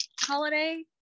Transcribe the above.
holiday